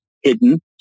hidden